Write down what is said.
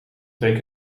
twee